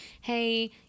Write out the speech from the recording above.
hey